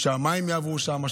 שהמים יעברו שם,